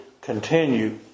continue